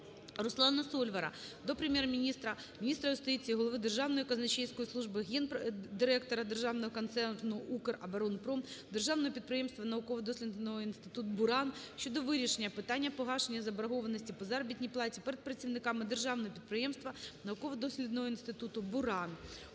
РусланаСольвара до Прем'єр-міністра, міністра юстиції, голови Державної казначейської служби, гендиректора Державного концерну "Укроборонпром", державного підприємства науково-дослідницький інститут "Буран" щодо вирішення питання погашення заборгованості по заробітній платі перед працівниками Державного підприємства науково-дослідницького інституту "Буран".